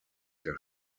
der